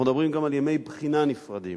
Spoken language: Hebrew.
אנחנו מדברים גם על ימי בחינה נפרדים.